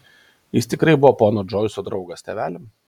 jis tikrai buvo pono džoiso draugas tėveli